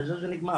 בזה זה נגמר,